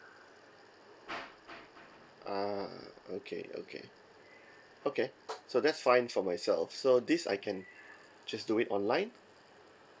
ah okay okay okay so that's fine for myself so this I can just do it online